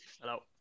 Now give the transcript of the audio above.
Hello